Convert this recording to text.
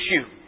issue